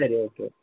சரி ஓகே